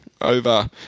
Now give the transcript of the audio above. over